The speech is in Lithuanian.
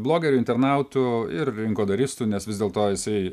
blogeriu internautu ir rinkodaristu nes vis dėl to jisai